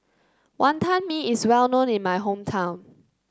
Wonton Mee is well known in my hometown